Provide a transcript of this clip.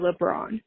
LeBron